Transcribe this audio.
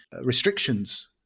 restrictions